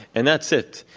and that's it.